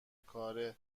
کار